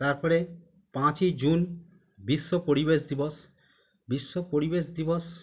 তার পরে পাঁচই জুন বিশ্ব পরিবেশ দিবস বিশ্ব পরিবেশ দিবস